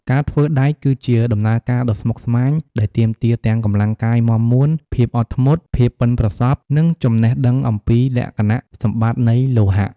ការធ្វើដែកគឺជាដំណើរការដ៏ស្មុគស្មាញដែលទាមទារទាំងកម្លាំងកាយមាំមួន ភាពអត់ធ្មត់ ភាពប៉ិនប្រសប់ និងចំណេះដឹងអំពីលក្ខណៈសម្បត្តិនៃលោហៈ។